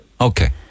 Okay